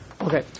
Okay